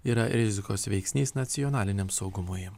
yra rizikos veiksnys nacionaliniam saugumui